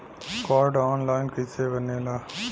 Card online कइसे बनेला?